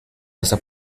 basa